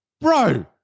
bro